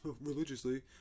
religiously